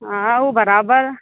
हा उहो बराबरि